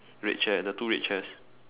red chair the two red chairs